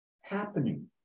happening